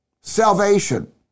salvation